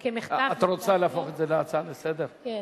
את רוצה להפוך את זה להצעה לסדר-היום?